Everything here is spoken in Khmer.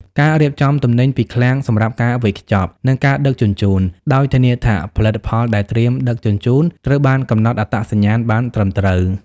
ការរៀបចំទំនិញពីឃ្លាំងសម្រាប់ការវេចខ្ចប់ និងការដឹកជញ្ជូន ដោយធានាថាផលិតផលដែលត្រៀមដឹកជញ្ជូនត្រូវបានកំណត់អត្តសញ្ញាណបានត្រឹមត្រូវ។